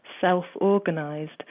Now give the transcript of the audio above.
self-organized